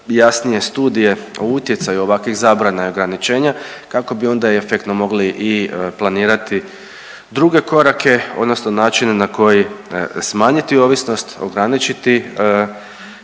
jasnije studije o utjecaju ovakvih zabrana i ograničenja kako bi onda i efektno mogli i planirati druge korake, odnosno načine na koji smanjiti ovisnost, ograničiti